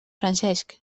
francesc